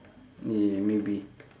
yeah maybe